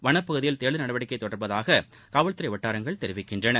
வளப்பகுதியில் தேடுதல் நடவடிக்கை தொடர்வதாக காவல்துறை வட்டாரங்கள் தெரிவிக்கின்றன